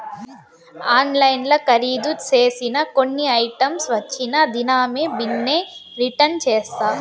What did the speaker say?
ఆన్లైన్ల కరీదు సేసిన కొన్ని ఐటమ్స్ వచ్చిన దినామే బిన్నే రిటర్న్ చేస్తా